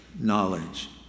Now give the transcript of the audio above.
knowledge